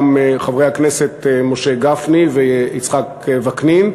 גם חברי הכנסת משה גפני ויצחק וקנין,